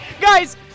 Guys